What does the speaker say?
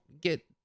get